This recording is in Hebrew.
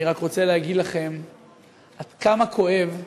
אני רק רוצה להגיד לכם עד כמה כואבת